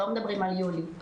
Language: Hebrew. לא מדברים על יולי.